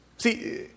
See